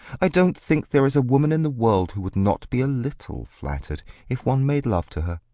i don't think there is a woman in the world who would not be a little flattered if one made love to her.